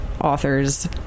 author's